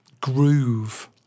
groove